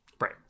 right